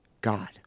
God